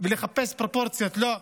ולחפש פרופורציות, לא.